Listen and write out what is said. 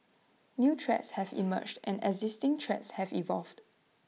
new threats have emerged and existing threats have evolved